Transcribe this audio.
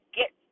get